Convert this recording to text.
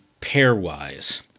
pairwise